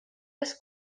les